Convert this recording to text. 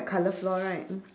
colour floor right